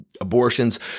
abortions